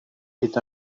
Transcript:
est